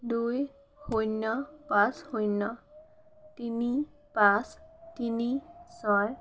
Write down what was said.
দুই শূন্য পাঁচ শূন্য তিনি পাঁচ তিনি ছয়